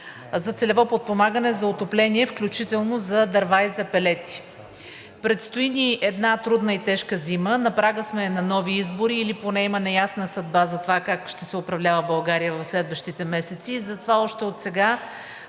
за целево подпомагане за отопление, включително за дърва и за пелети. Предстои ни една трудна и тежка зима. На прага сме на нови избори или поне има неясна съдба за това как ще се управлява България в следващите месеци